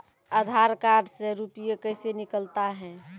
आधार कार्ड से रुपये कैसे निकलता हैं?